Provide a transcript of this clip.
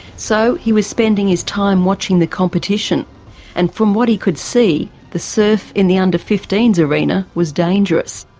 so he was spending his time watching the competition and from what he could see, the surf in the under fifteen s arena was dangerous.